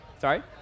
Sorry